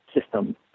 system